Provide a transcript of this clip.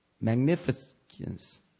magnificence